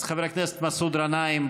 אז חבר הכנסת מסעוד גנאים,